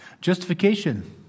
Justification